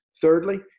Thirdly